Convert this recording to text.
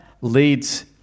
leads